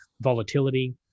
volatility